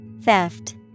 Theft